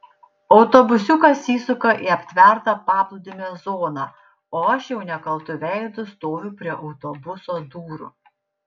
autobusiukas įsuka į aptvertą paplūdimio zoną o aš jau nekaltu veidu stoviu prie autobuso durų